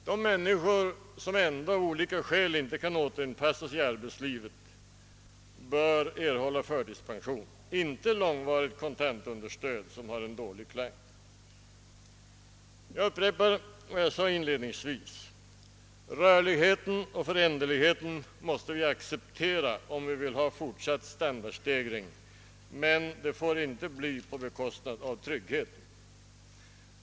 De mänmiskor som ändå av olika skäl inte kan återinpassas i ar betslivet bör erhålla förtidspension — inte långvarigt kontantunderstöd, ett erd som har dålig klang. Jag upprepar vad jag sade inledningsvis: rörligheten och föränderligheten måste vi acceptera, om vi vill ha fortsatt standardstegring, men det får inte ske på bekostnad av tryggheten.